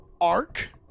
arc